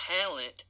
talent